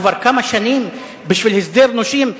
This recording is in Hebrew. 250,000 שקל כבר כמה שנים בשביל הסדר נושים?